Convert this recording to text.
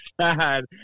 sad